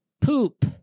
poop